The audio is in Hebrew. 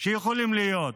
שיכולים להיות,